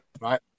Right